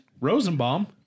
Rosenbaum